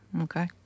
Okay